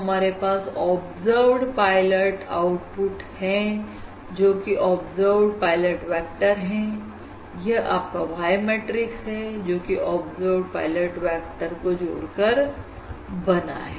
हमारे पास observed pilot output हैं जोकि की ऑब्जर्व्ड पायलट वेक्टर है यह आपका Y मैट्रिक्स है जोकि ऑब्जर्व्ड पायलट वेक्टर को जोड़कर बना है